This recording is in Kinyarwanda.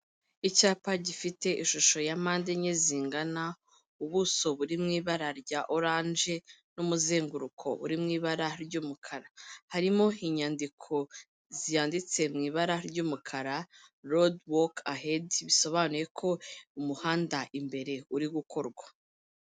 Icyapa gifite ishusho ya mpande enye zingana, ubuso buri mu ibara rya oranje n'umuzenguruko uri mu ibara ry'umukara, harimo inyandiko zanditse mu ibara ry'umukara, rodi woke ahedi bisobanuye ko umuhanda imbere uri gukorwa.